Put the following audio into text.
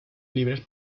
libres